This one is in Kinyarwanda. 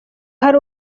hari